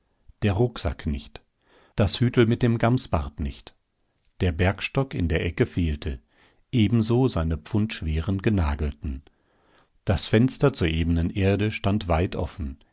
der rucksack nicht das hütl mit dem gamsbart nicht der bergstock in der ecke fehlte ebenso seine pfundschweren genagelten das fenster zur ebenen erde stand weit offen